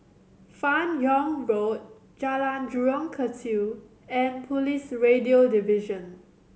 Fan Yoong Road Jalan Jurong Kechil and Police Radio Division